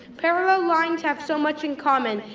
parallel lines have so much in common.